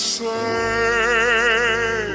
say